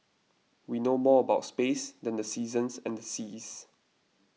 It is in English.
we know more about space than the seasons and the seas